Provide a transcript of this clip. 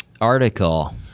Article